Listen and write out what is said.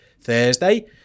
Thursday